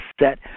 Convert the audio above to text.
set